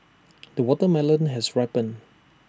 the watermelon has ripened